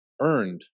earned